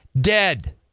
dead